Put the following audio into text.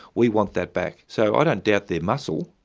we want that back. so i don't doubt their muscle,